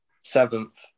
Seventh